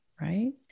right